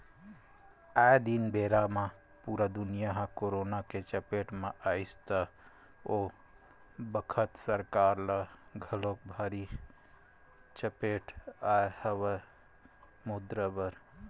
आये दिन बेरा म पुरा दुनिया ह करोना के चपेट म आइस त ओ बखत सरकार ल घलोक भारी चपेट आय हवय मुद्रा बर